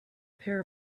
pair